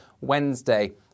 Wednesday